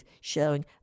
showing